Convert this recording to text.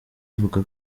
avuga